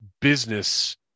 business